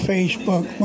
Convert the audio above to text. Facebook